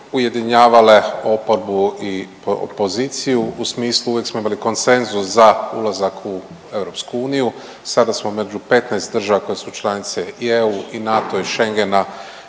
ujedinjavale oporbu i poziciju u smislu uvijek smo imali koncensus za ulazak u EU, sada smo među 15 država koje su članice i EU i NATO i Schengena